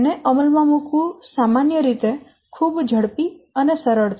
તેને અમલ માં મૂકવું સામાન્ય રીતે ખૂબ ઝડપી અને સરળ છે